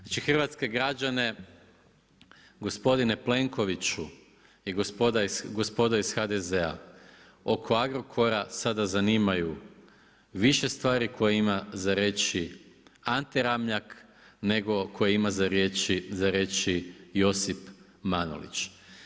Znači hrvatske građane, gospodine Plenkoviću i gospodo iz HDZ-a oko Agrokora sada zanimaju više stvari koje ima za reći Ante Ramljak nego koje ima za reći Josip Manolić.